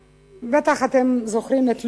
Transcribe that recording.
בטח אתם זוכרים את "לול".